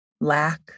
lack